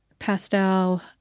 pastel